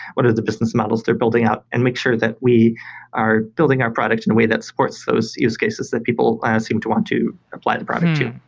what are the business models they're building up and make sure that we are building our product in a way that's worth those use cases that people seem to want to apply the product to.